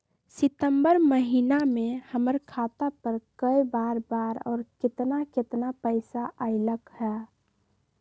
सितम्बर महीना में हमर खाता पर कय बार बार और केतना केतना पैसा अयलक ह?